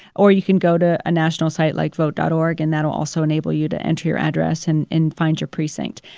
or you can go to a national site, like vote dot org, and that will also enable you to enter your address and and find your precinct.